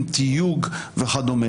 עם תיוג וכדו'.